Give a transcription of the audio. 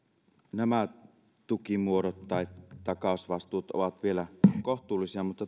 nämä tukimuodot tai takausvastuut ovat vielä kohtuullisia mutta